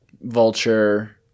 Vulture